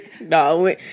No